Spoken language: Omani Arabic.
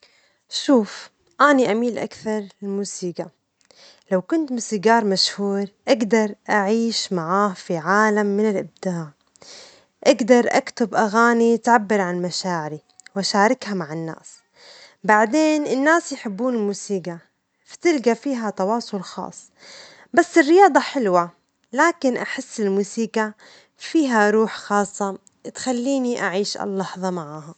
شوف، أني أميل أكثر للموسيجي، لو كنت موسيجار مشهور، أجدر أعيش معاه في عالم من الإبداع، أجدر أكتب أغاني تعبر عن مشاعري وأشاركها مع الناس، بعدين، الناس يحبون الموسيجي، بتلجي فيها تواصل خاص، بس الرياضة حلوة، لكن أحس أن الموسيجى فيها روح خاصة تخليني أعيش اللحظة معاها.